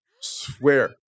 Swear